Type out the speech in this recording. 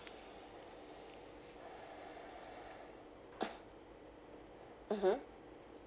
mmhmm